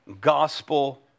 gospel